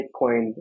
bitcoin